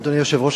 אדוני היושב-ראש,